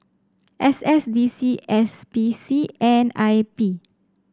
S S D C S P C and I P